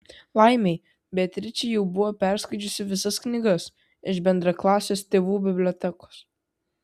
laimei beatričė jau buvo perskaičiusi visas knygas iš bendraklasės tėvų bibliotekos